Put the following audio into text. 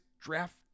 draft